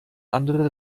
andere